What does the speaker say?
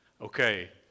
okay